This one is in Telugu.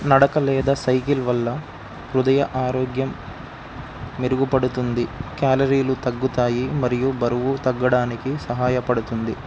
నడకలేదా సైకిల్ వల్ల హృదయ ఆరోగ్యం మెరుగుపడుతుంది క్యాలరీలు తగ్గుతాయి మరియు బరువు తగ్గడానికి సహాయపడుతుంది